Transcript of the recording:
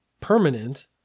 permanent